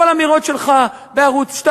הכול אמירות שלך בערוץ-2,